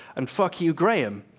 and fuck you, graham.